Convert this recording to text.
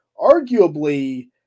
arguably